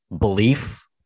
belief